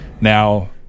now